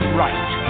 right